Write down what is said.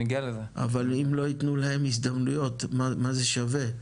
אבל אם לא ייתנו להם הזדמנויות אז מה זה שווה.